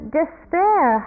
despair